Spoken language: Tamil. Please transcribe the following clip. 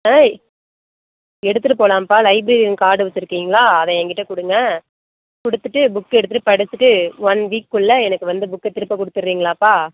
ஆ எடுத்துகிட்டு போகலாம்ப்பா லைப்ரரி கார்டு வச்சுருக்கிங்ளா அதை என் கிட்ட கொடுங்க கொடுத்துட்டு புக் எடுத்துகிட்டு படிச்சிகிட்டு ஒன் வீக் குள்ளே என்ககு வந்து புக்கை திருப்பி கொடுத்துடுறிங்ளா ப்பா